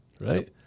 right